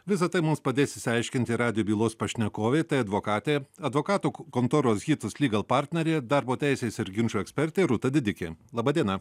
visa tai mums padės išsiaiškinti radiją bylos pašnekovė tai advokatė advokatų kontoros hitus legal partnerė darbo teisės ir ginčų ekspertė rūta didikė laba diena